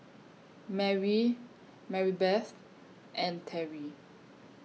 Mary Maribeth and Terrie